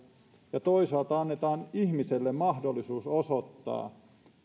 ja toisaalta annetaan ihmiselle mahdollisuus osoittaa